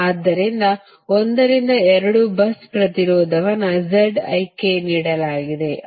ಆದ್ದರಿಂದ 1 ರಿಂದ 2 ಬಸ್ ಪ್ರತಿರೋಧವನ್ನು ನೀಡಲಾಗಿದೆ ಅದು 0